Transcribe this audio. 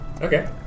Okay